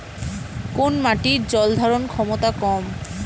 কোন মাটির জল ধারণ ক্ষমতা কম?